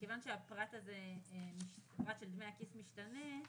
כיוון שהפרט הזה של דמי הכיס משתנה,